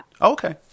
okay